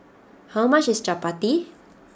how much is Chappati